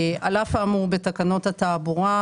הוראת שעה על אף האמור בתקנות התעבורה,